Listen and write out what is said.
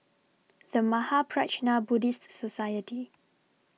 The Mahaprajna Buddhist Society